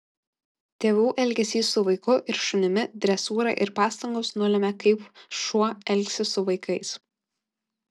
tėvų elgesys su vaiku ir šunimi dresūra ir pastangos nulemia kaip šuo elgsis su vaikais